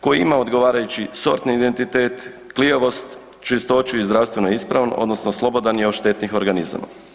koji ima odgovarajući sortni identitet, klijavost, čistoću i zdravstvenu ispravnost odnosno slobodan je od štetnih organizama.